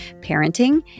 parenting